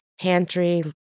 pantry